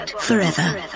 forever